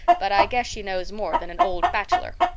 but i guess she knows more than an old bachelor.